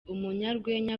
umunyarwenya